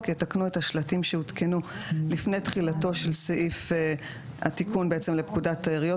יתקנו את השלטים שהותקנו לפני תחילתו של סעיף התיקון לפקודת העיריות,